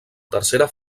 tercera